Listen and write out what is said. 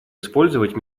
использовать